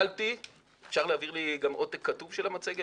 להקפיא את התוכנית לבניית תחנה פחמית נוספת ולבחון את העניין.